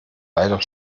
leider